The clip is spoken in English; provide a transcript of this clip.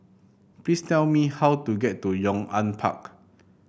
please tell me how to get to Yong An Park